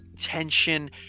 tension